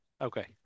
Okay